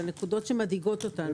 בנקודות שמדאיגות אותנו.